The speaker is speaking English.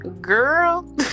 Girl